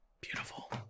Beautiful